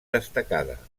destacada